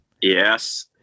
Yes